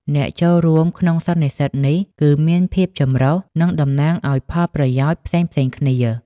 អ្នកចូលរួមក្នុងសន្និសីទនេះគឺមានភាពចម្រុះ និងតំណាងឱ្យផលប្រយោជន៍ផ្សេងៗគ្នា។